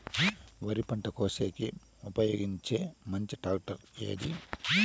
వరి పంట కోసేకి ఉపయోగించే మంచి టాక్టర్ ఏది?